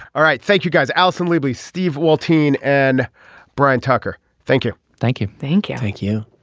all right thank you guys. allison legally steve while teen and brian tucker thank you thank you thank you. thank you